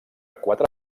quatre